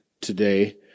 today